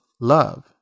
love